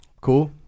Cool